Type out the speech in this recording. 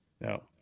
No